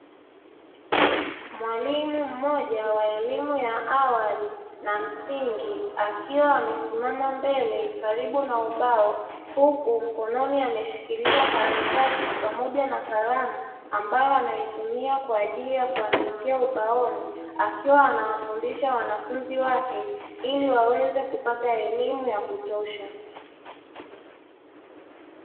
Mwalimu mmoja wa elimu ya awali na msingi akiwa amesimama mbele karibu na ubao huku mkononi ameshikilia karatasi pamoja na kalamu ambayo anaitumia kwa ajili ya kuandikia ubaoni akiwa anawafundisha wanafunzi wake ili waweze kupata elimu ya kutosha.